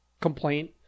complaint